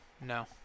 No